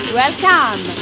welcome